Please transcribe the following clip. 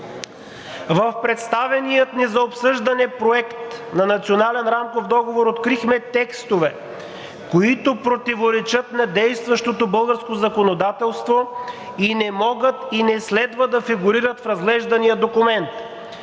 „В представения ни за обсъждане Проект на национален рамков договор открихме текстове, които противоречат на действащото българско законодателство и не могат и не следва да фигурират в разглеждания документ.